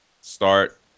start